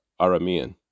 Aramean